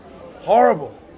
Horrible